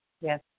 Yes